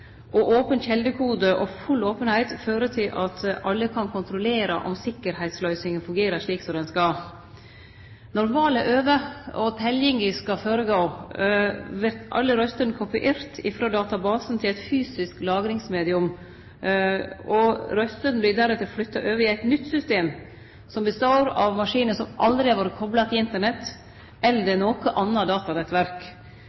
rett. Open kjeldekode og full openheit fører til at alle kan kontrollere om sikkerheitsløysinga fungerer slik som ho skal. Når valet er over og teljing skal føregå, vil alle røystene verte kopierte frå databasen til eit fysisk lagringsmedium. Røystene blir deretter flytta over i eit nytt system som består av maskiner som aldri har vore kopla til Internett eller